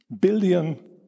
billion